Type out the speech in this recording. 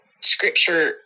scripture